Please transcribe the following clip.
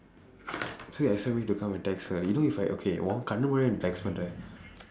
so you expect me to come and text her ah you know if I okay உன் கண்ணு முன்னாடி தானே நீ:un kannu munnaadi thaanee nii text பண்ணுறே:pannuree